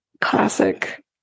classic